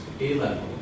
A-level